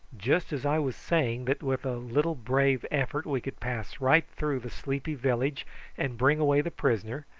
just as i was saying that with a little brave effort we could pass right through the sleepy village and bring away the prisoner,